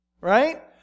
Right